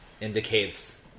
indicates